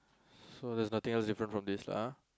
so there's nothing else different from this lah ah